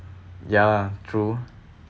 ya lah true